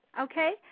okay